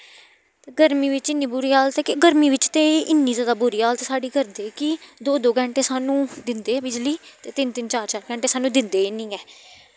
ते गर्मी बिच्च इन्नी बुरी हालत ऐ कि गर्मी बिच्च ते इन्नी जैदा बुरी हालत साढ़ी करदे कि दो दो घैंटे सानूं दिंदे बिजली ते तिन्न तिन्न चार चार घैंटे सानूं दिंदे गै निं ऐ